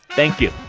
thank you